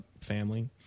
family